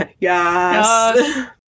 Yes